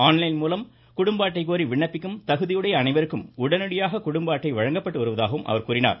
ஆன்லைன்மூலம் குடும்ப அட்டை கோரி விண்ணப்பிக்கும் தகுதியுடைய அனைவருக்கும் உடனடியாக குடும்ப அட்டை வழங்கப்பட்டு வருவதாகவும் அவர் கூறினார்